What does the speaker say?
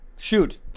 Shoot